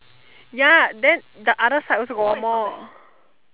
ya then the other side also got one more